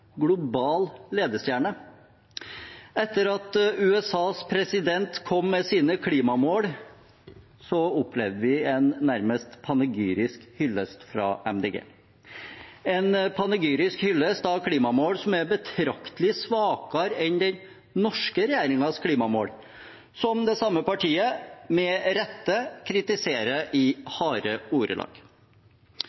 global ledestjerne? Etter at USAs president kom med sine klimamål, opplevde vi en nærmest panegyrisk hyllest fra Miljøpartiet De Grønne – en panegyrisk hyllest av klimamål som er betraktelig svakere enn den norske regjeringens klimamål, som det samme partiet med rette kritiserer i